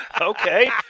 Okay